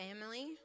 family